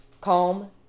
calm